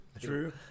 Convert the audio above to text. True